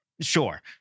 Sure